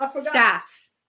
staff